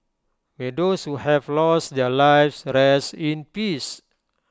may those who have lost their lives rest in peace